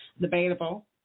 debatable